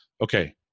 Okay